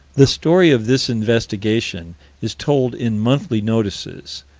the story of this investigation is told in monthly notices,